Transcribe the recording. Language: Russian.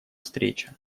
встреча